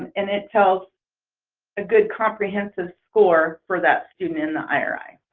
and it tells a good comprehensive score for that student in the iri.